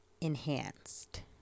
enhanced